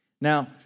Now